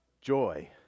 joy